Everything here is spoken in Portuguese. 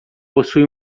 possui